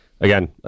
Again